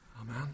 Amen